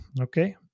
okay